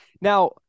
Now